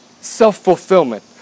self-fulfillment